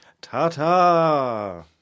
Ta-ta